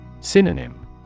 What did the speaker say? Synonym